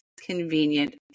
convenient